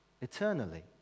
eternally